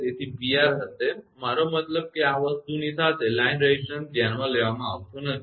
તેથી 𝑃𝑅 હશે મારો મતલબ એ છે કે આ વસ્તુની સાથે લાઇન રેઝિસ્ટન્સ ધ્યાનમાં લેવામાં આવતો નથી